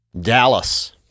Dallas